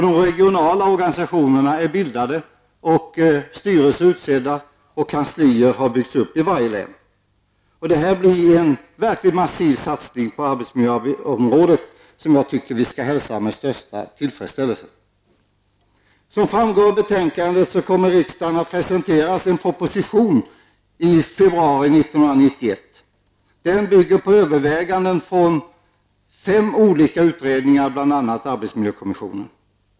De regionala organisationerna är bildade och styrelser tillsatta, och kanslier har byggts upp i varje län. Det här blir en verkligt massiv satsning på arbetsmiljöområdet som jag tycker att vi skall hälsa med största tillfredsställelse. Som framgår av betänkandet, kommer riksdagen att presenteras en proposition i februari 1991 som bygger på överväganden från fem olika utredningar, bl.a. andra arbetsmiljökommissionen.